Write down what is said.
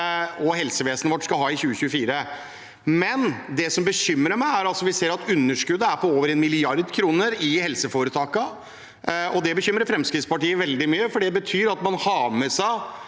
og helsevesenet vårt skal ha i 2024. Det som bekymrer meg, er at vi ser at underskuddet er på over 1 mrd. kr i helseforetakene. Det bekymrer Fremskrittspartiet veldig mye, for det betyr at man har et